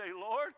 Lord